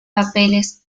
papeles